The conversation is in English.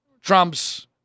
Trump's